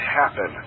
happen